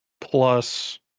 plus